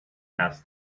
asked